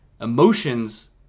emotions